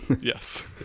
Yes